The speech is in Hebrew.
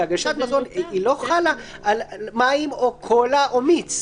שהגשת מזון לא חלה על מים או קולה או מיץ,